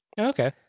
Okay